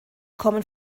kommen